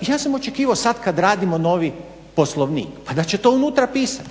Ja sam očekivao sad kad radimo novi Poslovnik pa da će to unutra pisati.